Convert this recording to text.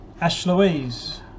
Ash-Louise